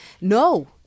no